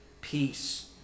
peace